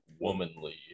womanly